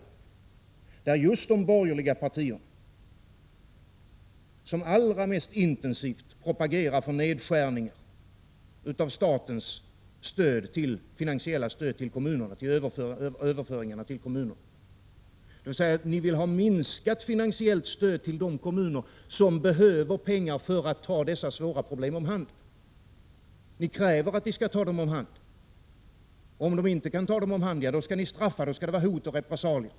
Det är just de borgerliga partierna som allra mest intensivt propagerar för nedskärning av statens överföringar till kommunerna. Ni vill ha minskat finansiellt stöd till de kommuner som behöver pengar för att ta dessa svåra problem om hand. Ni kräver att de skall ta dem om hand, och om de inte kan det skall ni straffa dem. Då skall det vara hot och repressalier.